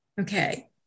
Okay